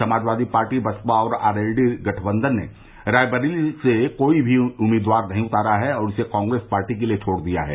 Samajwadi Party Baspa और आरएलडी गठबंधन ने रायबरेली से कोई भी उम्मीदवार नहीं उतारा है और इसे कांग्रेस पार्टी के लिये छोड़ दिया है